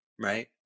Right